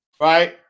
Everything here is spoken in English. right